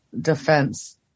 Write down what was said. defense